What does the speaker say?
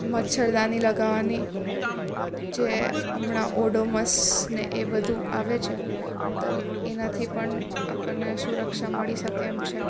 મચ્છરદાની લગાવવાની જે હમણાં ઓડોમસને એ બધું આવે છે તો એનાથી પણ આપણને સુરક્ષા મળી શકે એમ છે